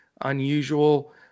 unusual